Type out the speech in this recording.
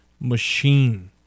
machine